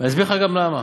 ואני אסביר לך גם למה.